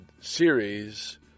series